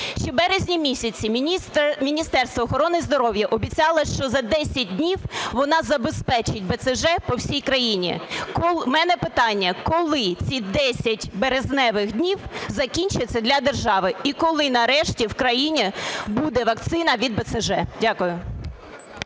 Ще в березні місяці Міністерство охорони здоров'я обіцяло, що за 10 днів воно забезпечить БЦЖ по всій країні. У мене питання: коли ці 10 березневих днів закінчаться для держави і коли нарешті в країні буде вакцина від БЦЖ? Дякую.